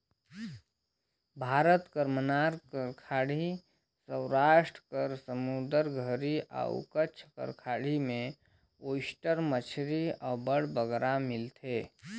भारत में मन्नार कर खाड़ी, सवरास्ट कर समुंदर घरी अउ कच्छ कर खाड़ी में ओइस्टर मछरी अब्बड़ बगरा मिलथे